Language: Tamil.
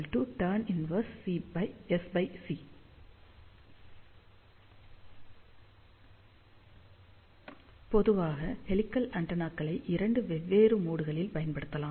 tan 1SC பொதுவாக ஹெலிகல் ஆண்டெனாக்களை இரண்டு வெவ்வேறு மோட் களில் பயன்படுத்தலாம்